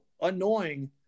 annoying